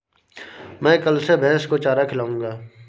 मैं कल से भैस को चारा खिलाऊँगा